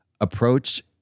approach